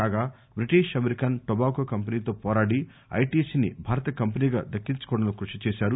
కాగా British American Tobacco కంపెనీతో పోరాడి ఐటీసీని భారత కంపెనీగా దక్కించుకోవడంలో కృషి చేశారు